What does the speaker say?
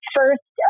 First